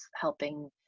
helping